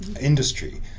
industry